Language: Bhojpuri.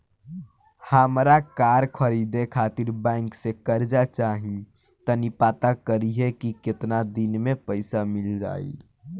हामरा कार खरीदे खातिर बैंक से कर्जा चाही तनी पाता करिहे की केतना दिन में पईसा मिल जाइ